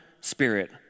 spirit